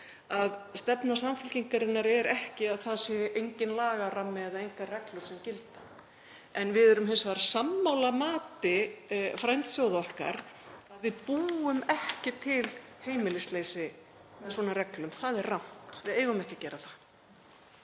er stefna Samfylkingarinnar ekki að það sé enginn lagarammi eða engar reglur sem gilda. En við erum hins vegar sammála mati frændþjóða okkar að við búum ekki til heimilisleysi með svona reglum. Það er rangt. Við eigum ekki að gera það.